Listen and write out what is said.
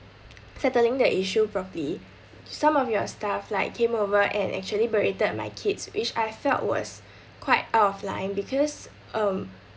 settling the issue properly some of your staffs like came over and actually berated my kids which I felt was quite out of line because um